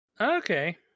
Okay